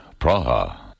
Praha. (